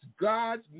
God's